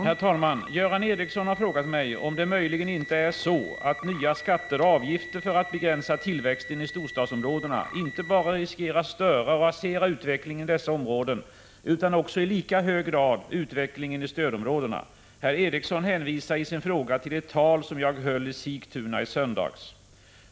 Herr talman! Göran Ericsson har frågat mig om det möjligen inte är så, att nya skatter och avgifter för att begränsa tillväxten i storstadsområdena inte bara riskerar störa och rasera utvecklingen i dessa områden utan också i lika hög grad utvecklingen i stödområdena. Herr Ericsson hänvisar i sin fråga till ett tal som jag höll i Sigtuna i söndags.